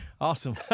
Awesome